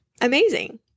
amazing